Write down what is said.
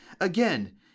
Again